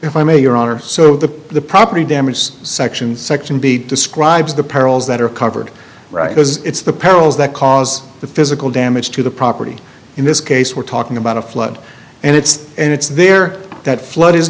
if i may your honor so the the property damage section section b describes the perils that are covered right because it's the perils that cause the physical damage to the property in this case we're talking about a flood and it's and it's there that flood is